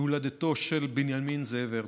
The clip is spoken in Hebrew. להולדתו של בנימין זאב הרצל.